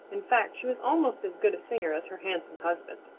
in fact she was almost as good a singer as her handsome husband.